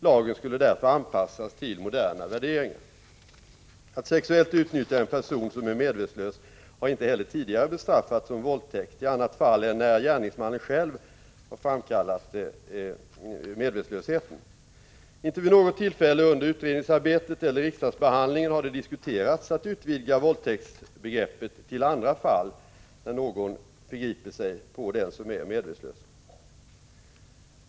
Lagen skulle därför anpassas till moderna värderingar. Att sexuellt utnyttja en person som är medvetslös har inte heller tidigare bestraffats som våldtäkt i annat fall än när gärningsmannen själv har framkallat medvetslösheten. Inte vid något tillfälle under utredningsarbetet eller riksdagsbehandlingen har det diskuterats att utvidga våldtäktsbegreppet till andra fall när någon förgriper sig på den som är medvetslös.